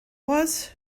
was